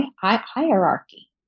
hierarchy